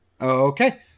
Okay